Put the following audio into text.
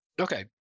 Okay